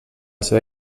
seva